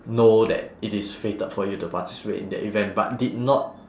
know that it is fated for you to participate in that event but did not